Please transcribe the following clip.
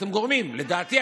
לדעתי,